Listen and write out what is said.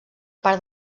part